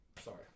sorry